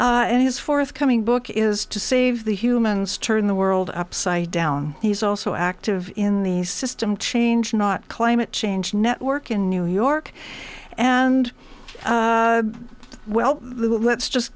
in his forthcoming book is to save the humans turn the world upside down he's also active in the system change not climate change network in new york and well let's just